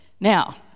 Now